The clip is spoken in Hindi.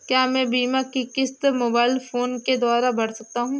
क्या मैं बीमा की किश्त मोबाइल फोन के द्वारा भर सकता हूं?